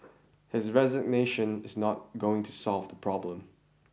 his resignation is not going to solve the problem